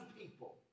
people